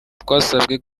twasabwe